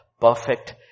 perfect